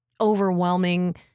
overwhelming